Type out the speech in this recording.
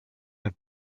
have